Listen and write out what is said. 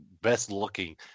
best-looking